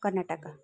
Karnataka